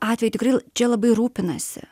atveju tikrai čia labai rūpinasi